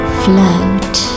float